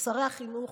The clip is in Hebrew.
לשרי החינוך,